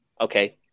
Okay